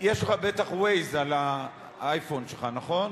יש לך בטח Waze על האייפון שלך, נכון?